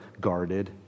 guarded